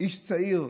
איש צעיר,